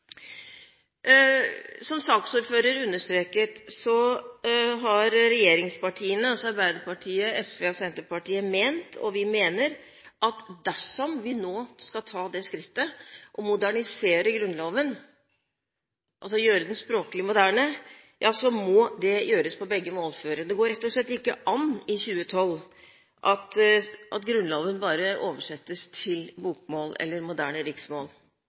som det ble sagt. Som saksordføreren understreket, har regjeringspartiene, altså Arbeiderpartiet, SV og Senterpartiet, ment – og mener – at dersom vi nå skal ta det skrittet å modernisere Grunnloven, gjøre den språklig moderne, må det gjøres på begge målfører. Det går rett og slett ikke an i 2012 at Grunnloven bare oversettes til bokmål – eller moderne riksmål.